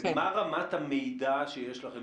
מה רמת המידע שיש לכם?